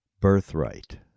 birthright